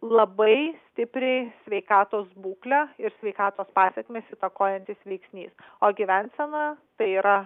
labai stipriai sveikatos būklę ir sveikatos pasekmes įtakojantis veiksnys o gyvensena tai yra